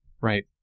right